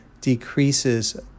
decreases